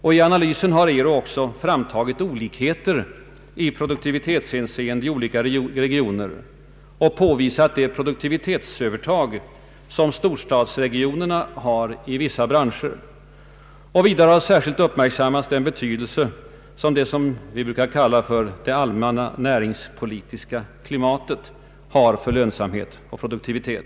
I analysen har ERU också framtagit olikheter i produktivitetshänseende i olika regioner och påvisat det produktivitetsövertag som storstadsregionerna har i vissa branscher. Vidare har särskilt uppmärksammats den betydelse som det vi brukar kalla för det allmänna näringspolitiska klimatet har för lönsamhet och produktivitet.